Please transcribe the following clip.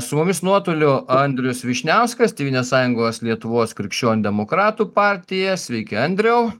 su mumis nuotoliu andrius vyšniauskas tėvynės sąjungos lietuvos krikščionių demokratų partija sveiki andriau